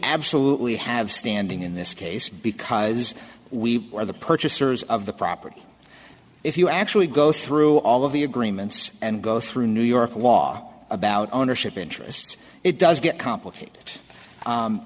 absolutely have standing in this case because we are the purchasers of the property if you actually go through all of the agreements and go through new york law about ownership interest it does get complicated